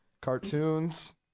cartoons